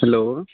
hello